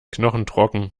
knochentrocken